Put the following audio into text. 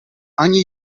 ani